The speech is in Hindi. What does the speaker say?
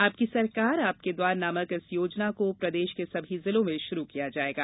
आपकी सरकार आपके द्वार नामक इस योजना को प्रदेश के सभी जिलों में शुरू किया जाएगा